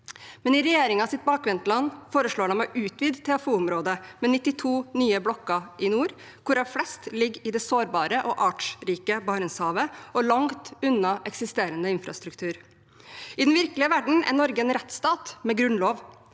Men i regjeringens bakvendtland foreslår de å utvide TFO-området med 92 nye blokker i nord, hvorav flest ligger i det sårbare og artsrike Barentshavet og langt unna eksisterende infrastruktur. I den virkelige verden er Norge en rettsstat med grunnlov.